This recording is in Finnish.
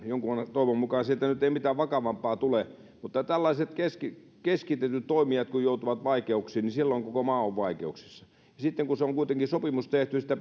toivon mukaan sieltä nyt ei mitään vakavampaa tule mutta tällaiset keskitetyt keskitetyt toimijat kun joutuvat vaikeuksiin niin silloin koko maa on vaikeuksissa ja sitten kun on kuitenkin sopimus tehty niin sitä